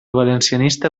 valencianista